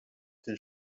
den